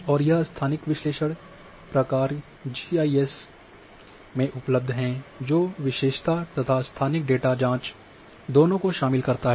और यह स्थानिक विश्लेषण प्रकार जीआईएस में उपलब्ध हैं जो विशेषता तथा स्थानिक डेटा जाँच दोनों को शामिल करता हैं